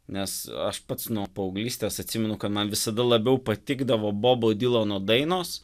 nes aš pats nuo paauglystės atsimenu kad man visada labiau patikdavo bobo dylano dainos